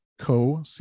co